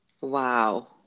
Wow